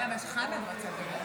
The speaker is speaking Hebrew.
למה, גם חמד רצה לדבר.